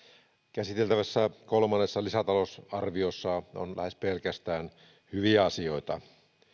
käsiteltävässä kolmannessa lisätalousarviossa on lähes pelkästään hyviä asioita